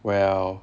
well